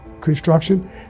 construction